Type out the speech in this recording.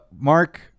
Mark